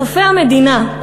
חופי המדינה,